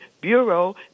Bureau